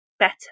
Better